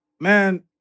Man